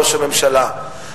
ראש הממשלה,